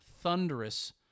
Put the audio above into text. Thunderous